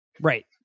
Right